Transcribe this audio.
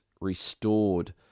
restored